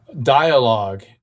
dialogue